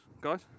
guys